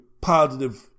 positive